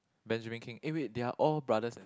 Benjamin-Kheng eh wait they are all brothers eh